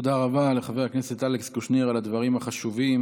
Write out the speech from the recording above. תודה רבה לחבר הכנסת אלכס קושניר על הדברים החשובים.